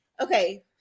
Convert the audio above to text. okay